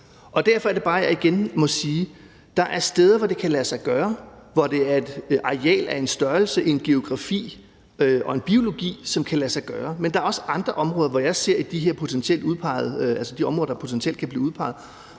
derfor må jeg bare igen sige, at der er steder, hvor det kan lade sig gøre, og hvor det er et areal af en størrelse og en geografi og en biologi, som kan lade sig gøre, men der er også andre områder af de her områder, der potentielt kan blive udpeget,